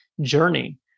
journey